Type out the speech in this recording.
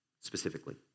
specifically